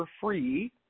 free